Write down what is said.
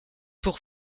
pour